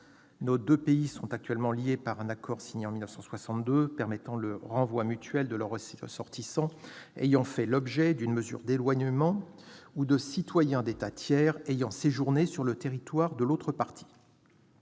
Les deux pays sont actuellement liés par un accord signé en 1962, permettant le renvoi mutuel de leurs ressortissants ayant fait l'objet d'une mesure d'éloignement ou de citoyens d'États tiers ayant séjourné sur le territoire de l'autre partie.